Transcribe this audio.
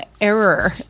error